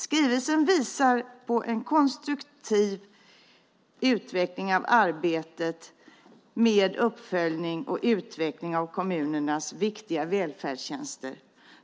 Skrivelsen visar på en konstruktiv utveckling av arbetet med uppföljning och utveckling av kommunernas viktiga välfärdstjänster